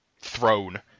throne